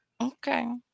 Okay